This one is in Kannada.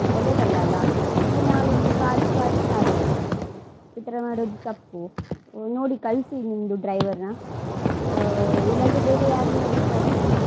ಒಳ್ಳೆದಲ್ಲ ಅಲ್ಲಾ ಇಲ್ಲಿ ನಾವಿಲ್ಲಿ ಕಾದು ಕಾದು ಸಾಕಾಯಿತು ಈ ಥರ ಮಾಡೋದು ತಪ್ಪು ನೋಡಿ ಕಳಿಸಿ ನಿಮ್ದು ಡ್ರೈವರ್ನ ಇಲ್ಲಾಂದರೆ ಬೇರೆ ಯಾರನ್ನಾದರು ಕಳಿಸಿ